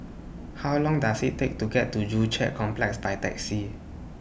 How Long Does IT Take to get to Joo Chiat Complex By Taxi